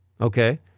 Okay